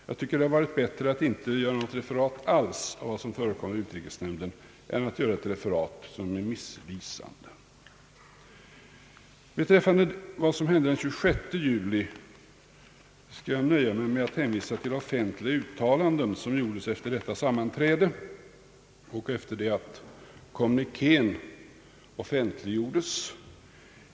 Jag tycker att det hade varit bättre att inte göra något referat alls av vad som förekom i utrikesnämnden än att göra ett referat som är missvisande. Beträffande vad som hände den 26 juli skall jag nöja mig med att hänvisa till de offentliga uttalanden, som gjordes efter sammanträdet och efter det att kommunikén hade offentliggjorts.